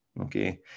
okay